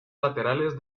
laterales